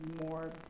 more